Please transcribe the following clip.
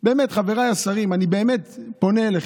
באמת, חבריי השרים, אני באמת פונה אליכם: